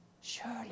Surely